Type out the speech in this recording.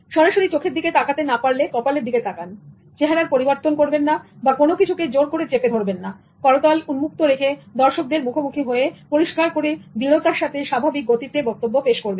সরাসরি চোখের দিকে তাকাতে না পারলে কপালের দিকে তাকান চেহারার পরিবর্তন করবেন না বা কোন কিছুকে জোর করে চেপে ধরবেন নাকরতাল উন্মুক্ত রেখে দর্শকদের মুখোমুখি হয়ে পরিষ্কার করে দৃঢ়তার সাথে স্বাভাবিক গতিতে বক্তব্য পেশ করবেন